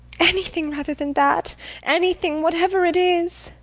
anything rather than that anything, whatever it is!